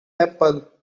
apple